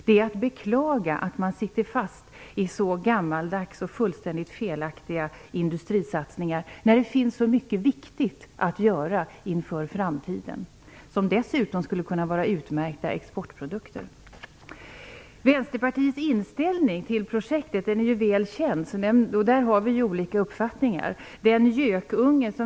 Det är att beklaga att man sitter fast i så gammaldags och fullständigt felaktiga industrisatsningar när det finns så mycket viktigt att göra inför framtiden. Det skulle dessutom kunna ge utmärkta exportprodukter. Västerpartiets inställning till projektet är ju väl känd. Vi har ju olika uppfattningar här.